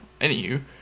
Anywho